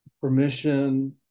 permission